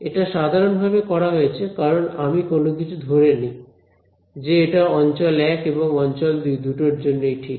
এটা সাধারন ভাবে করা হয়েছে কারণ আমি কোন কিছু ধরে নেই যে এটা অঞ্চল 1 এবং অঞ্চল 2 দুটোর জন্যই ঠিক